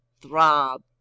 throb